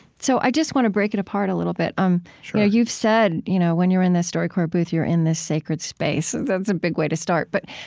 so i just want to break it apart a little bit um sure you've said, you know when you're in the storycorps booth, you're in this sacred space. that's a big way to start. but,